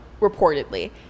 reportedly